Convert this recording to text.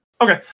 Okay